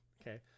Okay